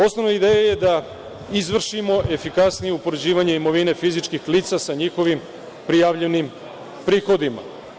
Osnovna ideja je da izvršimo efikasnije upoređivanje imovine fizičkih lica sa njihovim prijavljenim prihodima.